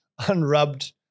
unrubbed